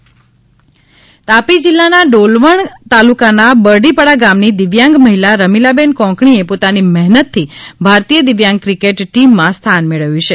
દિવ્યાંગ મહિલા ક્રિકેટ તાપી જીલ્લાના ડોલવણ તાલુકાના બરડીપાડા ગામની દિવ્યાંગ મહિલા રમીલાબેન કોકણીએ પોતાની મહેનતથી ભારતીય દિવ્યાંગ ક્રિકેટ ટીમમાં સ્થાન મેળવ્યું છે